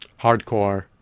hardcore